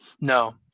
No